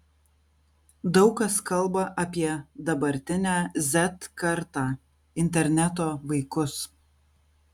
daug kas kalba apie dabartinę z kartą interneto vaikus